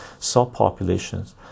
subpopulations